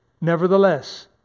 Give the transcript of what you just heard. Nevertheless